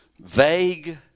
Vague